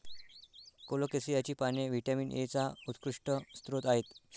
कोलोकेसियाची पाने व्हिटॅमिन एचा उत्कृष्ट स्रोत आहेत